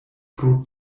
pro